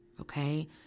okay